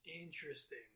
Interesting